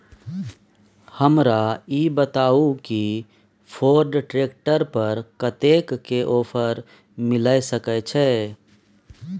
हमरा ई बताउ कि फोर्ड ट्रैक्टर पर कतेक के ऑफर मिलय सके छै?